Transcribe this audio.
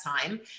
time